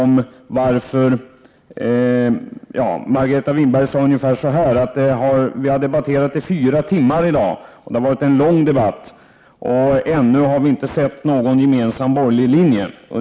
Margareta Winberg sade ungefär så här: Vi har debatterat i fyra timmar, det har varit en lång debatt, och ännu har vi inte sett någon gemensam borgerlig linje.